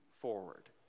forward